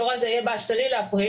התור הזה יהיה ב-10 לאפריל